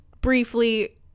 briefly